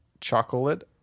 chocolate